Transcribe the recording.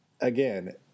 again